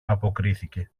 αποκρίθηκε